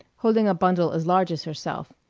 holding a bundle as large as herself.